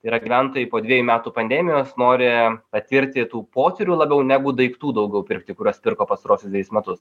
yra gyventojai po dvejų metų pandemijos nori patirti tų potyrių labiau negu daiktų daugiau pirkti kuriuos pirko pastaruosius dvejus metus